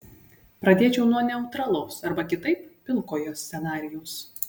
pradėčiau nuo neutralaus arba kitaip pilkojo scenarijaus